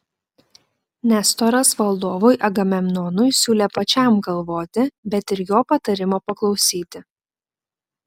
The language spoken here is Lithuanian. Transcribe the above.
nestoras valdovui agamemnonui siūlė pačiam galvoti bet ir jo patarimo paklausyti